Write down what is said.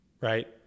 right